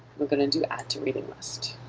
we're going and to add to reading lists.